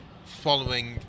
Following